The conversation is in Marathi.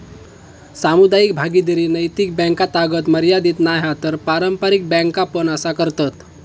सामुदायिक भागीदारी नैतिक बॅन्कातागत मर्यादीत नाय हा तर पारंपारिक बॅन्का पण असा करतत